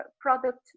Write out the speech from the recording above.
product